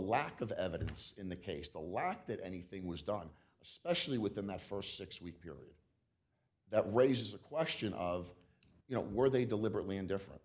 lack of evidence in the case the lack that anything was done especially within that st six week period that raises a question of you know were they deliberately indifferent